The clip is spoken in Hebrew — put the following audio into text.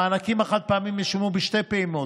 המענקים החד-פעמיים ישולמו בשתי פעימות: